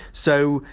so,